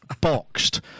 boxed